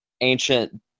ancient